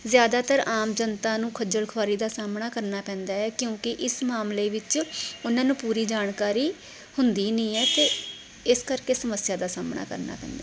ਜ਼ਿਆਦਾਤਰ ਆਮ ਜਨਤਾ ਨੂੰ ਖੱਜਲ ਖੁਆਰੀ ਦਾ ਸਾਹਮਣਾ ਕਰਨਾ ਪੈਂਦਾ ਹੈ ਕਿਉਂਕਿ ਇਸ ਮਾਮਲੇ ਵਿੱਚ ਉਹਨਾਂ ਨੂੰ ਪੂਰੀ ਜਾਣਕਾਰੀ ਹੁੰਦੀ ਨਹੀਂ ਹੈ ਅਤੇ ਇਸ ਕਰਕੇ ਸਮੱਸਿਆ ਦਾ ਸਾਹਮਣਾ ਕਰਨਾ ਪੈਂਦਾ